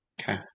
Okay